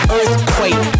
Earthquake